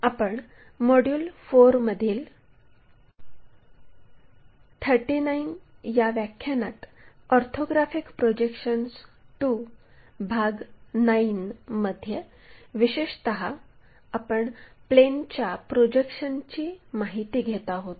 आपण मॉड्यूल 4 मधील 39 व्या व्याख्यानात ऑर्थोग्राफिक प्रोजेक्शन्स II भाग 9 मध्ये विशेषत प्लेनच्या प्रोजेक्शनची माहिती घेत आहोत